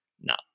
No